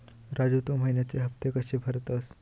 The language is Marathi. राजू, तू महिन्याचे हफ्ते कशे भरतंस?